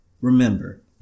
remember